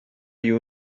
you